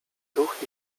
duch